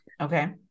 Okay